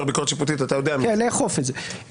כן, לאכוף את זה.